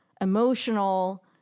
emotional